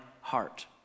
heart